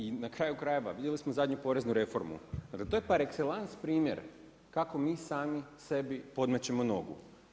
I na kraju krajeva vidjeli smo zadnju poreznu reformu, dakle to je par excellence primjer kako mi sami sebi podmećemo nogu.